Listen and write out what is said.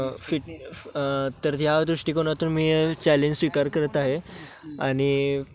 fit तर या दृष्टिकोनातून मी चॅलेंज स्वीकार करत आहे आणि